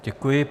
Děkuji.